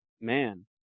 man